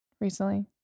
recently